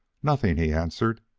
nothing, he answered.